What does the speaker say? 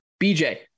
BJ